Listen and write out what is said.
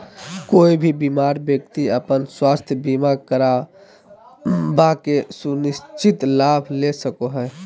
कोय भी बीमार व्यक्ति अपन स्वास्थ्य बीमा करवा के सुनिश्चित लाभ ले सको हय